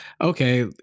okay